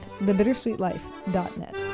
thebittersweetlife.net